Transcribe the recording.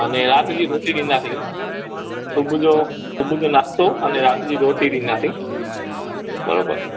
अने राति जी रोटी ॾींदासीं सुबुह जो सुबुह जो नाश्तो अने राति जी रोटी ॾींदासीं बरोबरु